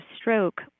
stroke